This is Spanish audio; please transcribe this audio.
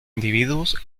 individuos